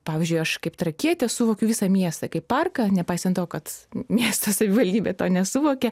pavyzdžiui aš kaip trakietė suvokiu visą miestą kaip parką nepaisant to kad miesto savivaldybė to nesuvokia